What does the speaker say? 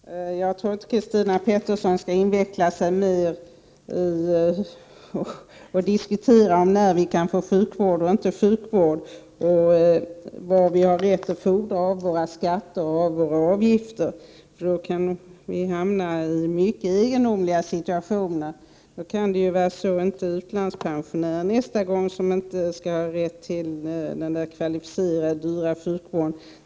Herr talman! Jag tror inte att Christina Pettersson bör inveckla sig mer i en diskussion om när vi kan få och inte kan få sjukvård och vad vi har rätt att fordra för våra skatter och avgifter, för då kan vi hamna i mycket egendomliga resonemang. Nästa gång är det kanske inte utlandspensionärer som inte skall ha rätt till den kvalificerade och dyra sjukvården.